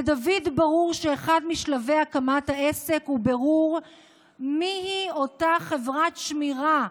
לדוד ברור שאחד משלבי הקמת העסק הוא בירור מיהי אותה "חברת שמירה",